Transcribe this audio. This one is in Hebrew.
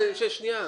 שנייה.